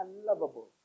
unlovable